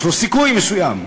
יש לו סיכוי מסוים,